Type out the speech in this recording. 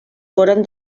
foren